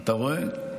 אתה רואה?